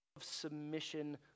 submission